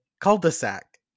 cul-de-sac